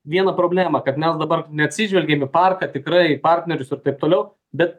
vieną problemą kad mes dabar neatsižvelgiam į parką tikrai į partnerius ir taip toliau bet